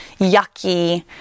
yucky